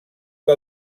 que